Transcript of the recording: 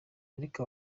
ariko